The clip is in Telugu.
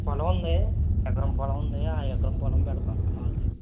పొలం ఉంది ఎకరం పొలం ఉంది ఆ ఎకరం పొలం పెడతాం కావల్సి వస్తే